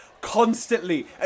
constantly